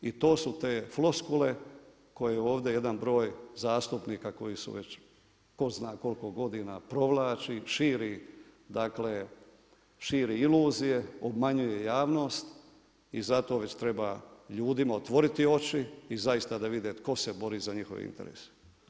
I to to su te floskule koje ovdje jedan broj zastupnika koji su već tko zna koliko godina provlači, dakle širi iluzije, obmanjuje javnost i zato već treba ljudima otvoriti oči i zaista da vide tko se bori za njihove interese.